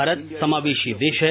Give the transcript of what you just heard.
भारत समावेशी देश है